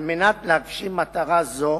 על מנת להגשים מטרה זו